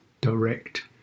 direct